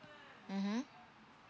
mmhmm